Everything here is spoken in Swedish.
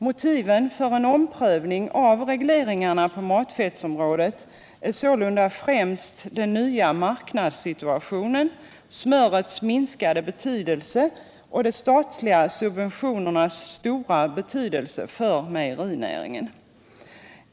Motiven för en omprövning av regleringarna på matfettsområdet är sålunda främst den nya marknadssituationen, smörets minskade betydelse och de statliga subventionernas stora betydelse för mejerinäringen.